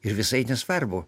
ir visai nesvarbu